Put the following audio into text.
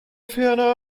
ferner